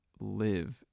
live